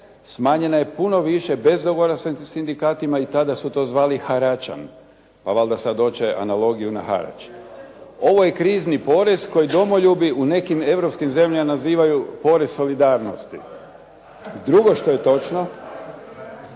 Smanjena je puno više bez dogovora sa sindikatima i tada su to zvali haračan, pa valjda sada hoće analogiju na harač. Ovo je krizni porez koji domoljubi u nekim europskim zemljama nazivaju porez solidarnosti. Drugo što je točno